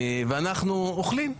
ואנחנו אוכלים.